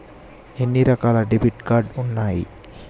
ఎన్ని రకాల debit card ఉన్నాయి?